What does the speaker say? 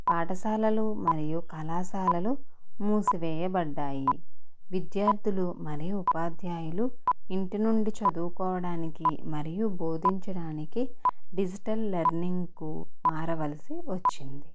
పాఠశాలలు మరియు కళాశాలలు మూసివేయబడ్డాయి విద్యార్థులు మరియు ఉపాధ్యాయులు ఇంటి నుండి చదువుకోవడానికి మరియు బోధించడానికి డిజిటల్ లర్నింగ్కు మారవలసి వచ్చింది